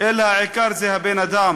אלא העיקר זה הבן-אדם.